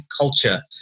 culture